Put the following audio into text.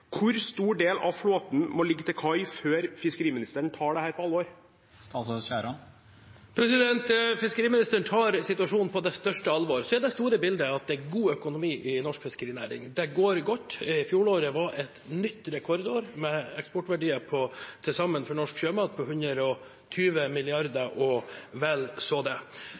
stor del av flåten må ligge til kai før fiskeriministeren tar dette på alvor? Fiskeriministeren tar situasjonen på det største alvor. Så er det store bildet at det er god økonomi i norsk fiskerinæring. Det går godt, fjoråret var et nytt rekordår med eksportverdier til sammen for norsk sjømat på 120 mrd. kr og vel så det.